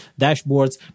dashboards